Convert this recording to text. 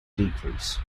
decrease